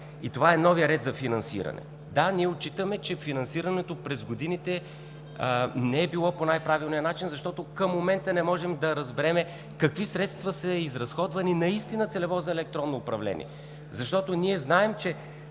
и това е новият ред за финансиране. Ние отчитаме, че финансирането през годините не е било по най-правилния начин, защото към момента не можем да разберем какви средства наистина са изразходвани целево за електронно управление. Ние знаем, че